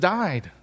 died